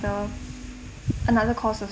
another course of